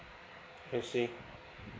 I see